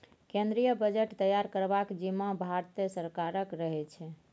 केंद्रीय बजट तैयार करबाक जिम्माँ भारते सरकारक रहै छै